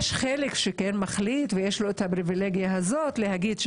יש חלק שכן מחליט ויש לו הפריבילגיה הזאת להגיד: